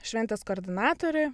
šventės koordinatoriui